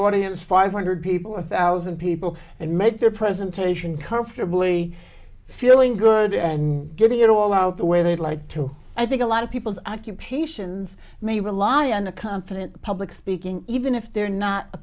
audience five hundred people a thousand people and make their presentation comfortably feeling good and getting it all out the way they'd like to i think a lot of people's occupations may rely on a confident public speaking even if they're not